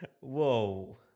whoa